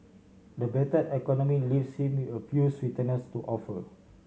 the battered economy leaves him a few sweeteners to offer